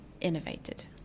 innovated